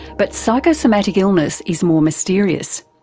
but psychosomatic illness is more mysterious.